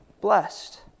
blessed